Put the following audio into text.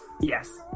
Yes